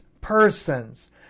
persons